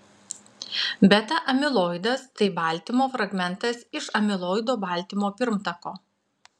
beta amiloidas tai baltymo fragmentas iš amiloido baltymo pirmtako